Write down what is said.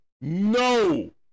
no